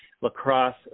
lacrosse